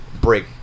break